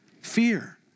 Fear